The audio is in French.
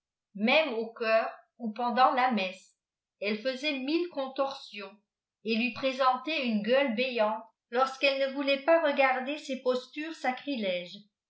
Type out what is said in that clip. mêniie au chœur où pendant la messe elle faisait mille contorsions et hii présentait une gtieule béante lorsqu'elle ne voulait pas regarder ses postures saeriiëges